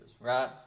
Right